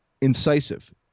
incisive